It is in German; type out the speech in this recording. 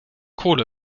kohle